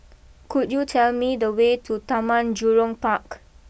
could you tell me the way to Taman Jurong Park